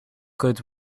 good